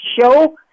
show